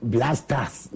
Blasters